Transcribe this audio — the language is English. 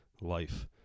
life